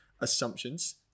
assumptions